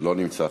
לא נמצא.